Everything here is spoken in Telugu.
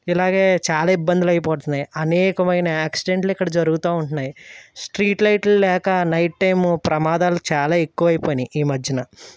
ఇలాగే చాలా ఇబ్బందులు అయిపోతున్నాయి అనేకమైన యాక్సిడెంట్లు ఇక్కడ జరుగుతూ ఉంటున్నాయి స్ట్రీట్ లైట్లు లేక నైట్ టైమ్ ప్రమాదాలు చాలా ఎక్కువైపోయినాయి ఈ మధ్యన